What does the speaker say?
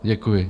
Děkuji.